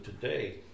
today